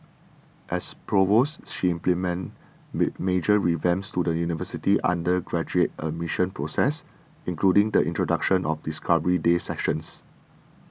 as provost she implemented major revamps to the university's undergraduate admission process including the introduction of Discovery Day sessions